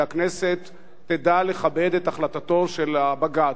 שהכנסת תדע לכבד את החלטתו של בג"ץ.